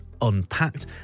Unpacked